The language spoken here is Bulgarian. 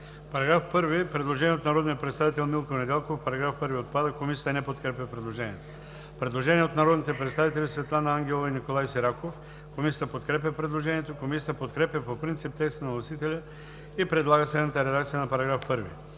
По § 1 има предложение на народния представител Милко Недялков: „Параграф 1 отпада.“ Комисията не подкрепя предложението. Предложение на народните представители Светлана Ангелова и Николай Сираков. Комисията подкрепя предложението. Комисията подкрепя по принцип текста на вносителя и предлага следната редакция на § 1: „§ 1.